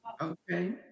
Okay